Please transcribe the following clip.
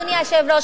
אדוני היושב-ראש,